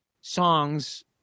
songs